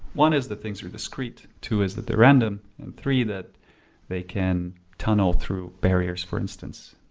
one is that things are discreet too as that they're random and three that they can tunnel through barriers for instance.